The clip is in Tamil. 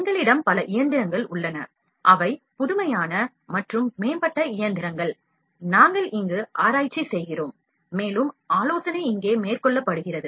எங்களிடம் பல இயந்திரங்கள் உள்ளன அவை புதுமையான மற்றும் மேம்பட்ட இயந்திரங்கள் நாங்கள் இங்கு ஆராய்ச்சி செய்கிறோம் மேலும் ஆலோசனை இங்கே மேற்கொள்ளப்படுகிறது